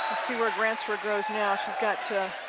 see where granstra goes now she's got,